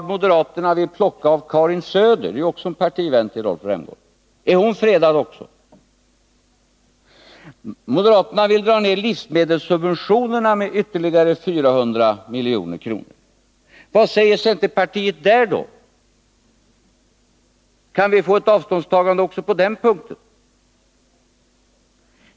Moderaterna vill plocka 5,5 miljarder från Karin Söder, partivän till Rolf Rämgård. Är också hon fredad? Moderaterna vill dra ned livsmedelssubventionerna med ytterligare 400 milj.kr. Vad säger centerpartiet där då? Kan vi få ett avståndstagande också på den punkten?